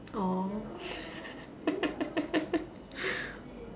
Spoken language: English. oh